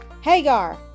Hagar